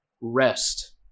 rest